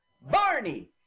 Barney